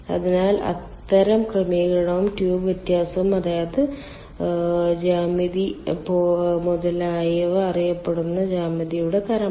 അതിനാൽ അത്തരം ക്രമീകരണവും ട്യൂബ് വ്യാസവും അതായത് ജ്യാമിതി മുതലായവ അറിയപ്പെടുന്ന ജ്യാമിതിയുടെ തരമാണ്